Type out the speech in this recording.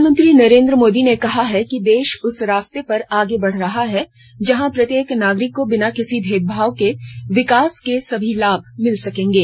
प्रधानमंत्री नरेन्द्र मोदी ने कहा है कि देश उस रास्ते पर आगे बढ़ रहा है जहां प्रत्येक नागरिक को बिना किसी भेदभाव के विकास के सभी लाभ मिल सकेंगे